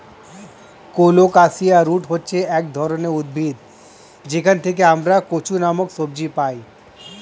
colocasia root হচ্ছে এক ধরনের উদ্ভিদ যেখান থেকে আমরা কচু নামক সবজি পাই